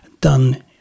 done